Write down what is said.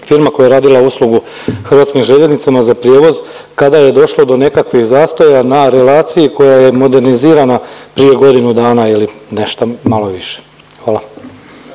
firma koja je radila uslugu HŽ-u za prijevoz kada je došlo do nekakvih zastoja na relacija koja je modernizirana prije godinu dana ili nešto malo više. Hvala.